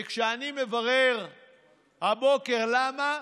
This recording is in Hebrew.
וכשאני מברר הבוקר למה,